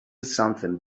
something